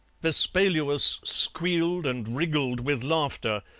vespaluus squealed and wriggled with laughter,